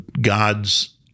God's